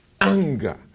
anger